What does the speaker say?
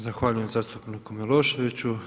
Zahvaljujem zastupniku Miloševiću.